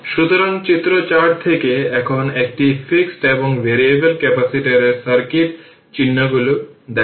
সুতরাং চিত্র 4 থেকে এখন এটি ফিক্সড এবং ভ্যারিয়েবল ক্যাপাসিটরের সার্কিট চিহ্নগুলি দেখায়